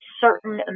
certain